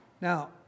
Now